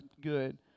good